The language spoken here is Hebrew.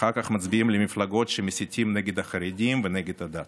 ואחר כך מצביעים למפלגות שמסיתות נגד החרדים ונגד הדת.